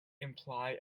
imply